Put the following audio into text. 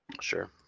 Sure